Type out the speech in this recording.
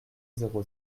zéro